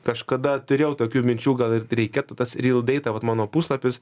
kažkada turėjau tokių minčių gal ir reikėtų tas rildeita vat mano puslapis